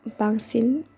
बांसिन